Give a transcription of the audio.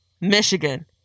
michigan